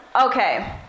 Okay